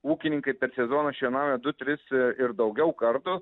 ūkininkai per sezoną šienauja du tris ir daugiau kartų